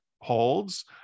holds